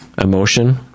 emotion